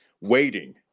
waiting